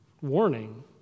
warning